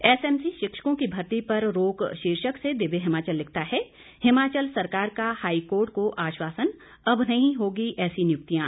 SMC शिक्षकों की भर्ती पर रोक शीर्षक से दिव्य हिमाचल लिखता है हिमाचल सरकार का हाईकोर्ट को आश्वासन अब नहीं होगी ऐसी नियुक्तियां